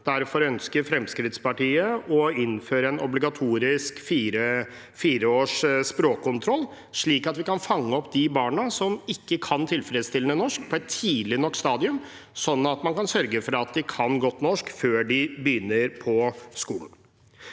Derfor ønsker Fremskrittspartiet å innføre en obligatorisk språkkontroll for fireåringer, slik at vi kan fange opp de barna som ikke kan tilfredsstillende norsk, på et tidlig nok stadium og sørge for at de kan godt norsk før de begynner på skolen.